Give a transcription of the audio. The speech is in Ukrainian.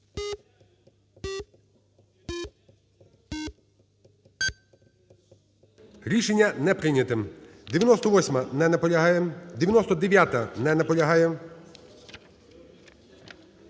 Рішення не прийняте. 98-а. Не наполягає. 99-а. Не наполягає.